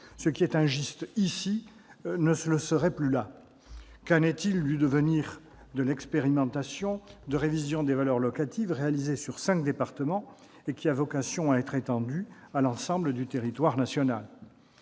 Ce qui est injuste ici, donc, ne le serait plus là ? Qu'en est-il du devenir de l'expérimentation de révision des valeurs locatives réalisée sur cinq départements et qui a vocation à être étendue à l'ensemble du territoire national ?